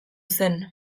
zen